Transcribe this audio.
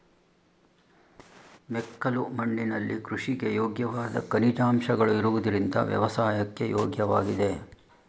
ಮೆಕ್ಕಲು ಮಣ್ಣಿನಲ್ಲಿ ಕೃಷಿಗೆ ಯೋಗ್ಯವಾದ ಖನಿಜಾಂಶಗಳು ಇರುವುದರಿಂದ ವ್ಯವಸಾಯಕ್ಕೆ ಯೋಗ್ಯವಾಗಿದೆ